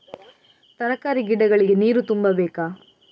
ತರಕಾರಿ ಗಿಡಗಳಿಗೆ ನೀರು ತುಂಬಬೇಕಾ?